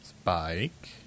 spike